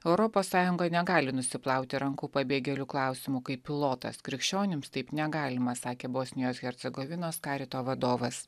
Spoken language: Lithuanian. europos sąjunga negali nusiplauti rankų pabėgėlių klausimu kaip pilotas krikščionims taip negalima sakė bosnijos hercegovinos karito vadovas